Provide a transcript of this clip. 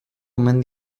omen